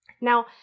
Now